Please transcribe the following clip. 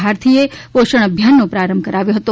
ભારથીએ પોષણ અભિયાનો પ્રારંભ કરાવ્યો હતો